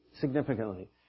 significantly